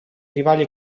rivali